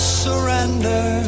surrender